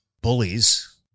bullies